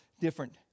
Different